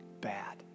bad